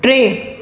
टे